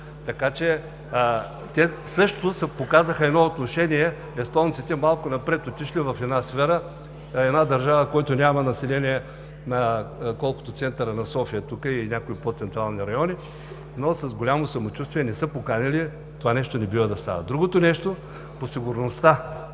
Така че те също показаха едно отношение – естонците – малко напред отишли в една сфера, една държава, която няма население колкото центъра на София тук и някои по-централни райони, но с голямо самочувствие, не са поканили… Това нещо не бива да става. Другото нещо – по сигурността.